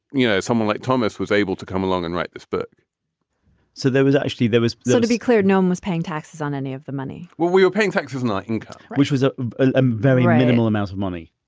you know, someone like thomas was able to come along and write this book so there was actually there was so to be clear, no one um was paying taxes on any of the money well, we were paying taxes on our income, which was a ah and very minimal amount of money,